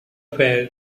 fell